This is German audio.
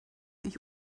ich